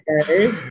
okay